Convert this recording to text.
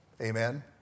Amen